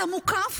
אתה מוקף